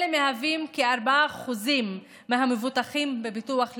אלה מהווים כ-4% מהמבוטחים בביטוח לאומי.